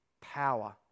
power